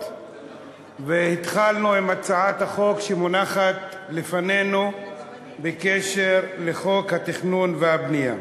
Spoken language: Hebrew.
והמשכנו עם הצעת החוק שמונחת לפנינו בקשר לחוק התכנון והבנייה.